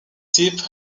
type